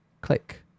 Click